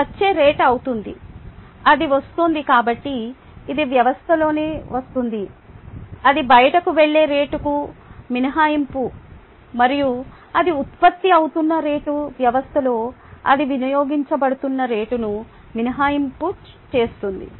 ఇది వచ్చే రేటు అవుతుంది అది వస్తోంది కాబట్టి ఇది వ్యవస్థలోకి వస్తోంది అది బయటకు వెళ్ళే రేటుకు మినహాయింపు మరియు అది ఉత్పత్తి అవుతున్న రేటు వ్యవస్థలో అది వినియోగించబడుతున్న రేటును మినహాయింపు చేస్తుంది